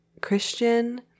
Christian